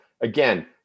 again